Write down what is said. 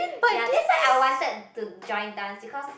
ya that's why I wanted to join dance because